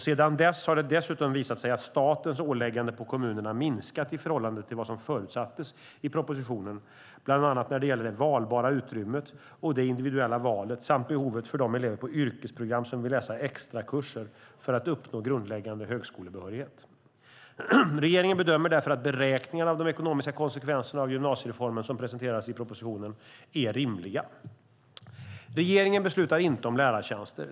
Sedan dess har det dessutom visat sig att statens åläggande på kommunerna minskat i förhållande till vad som förutsattes i propositionen, bland annat när det gäller det valbara utrymmet och det individuella valet samt behovet för de elever på yrkesprogram som vill läsa extrakurser för att uppnå grundläggande högskolebehörighet. Regeringen bedömer därför att beräkningarna av de ekonomiska konsekvenserna av gymnasiereformen som presenterades i propositionen är rimliga. Regeringen beslutar inte om lärartjänster.